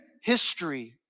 history